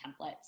templates